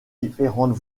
différentes